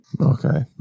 Okay